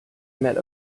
met